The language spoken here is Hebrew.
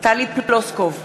טלי פלוסקוב,